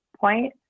point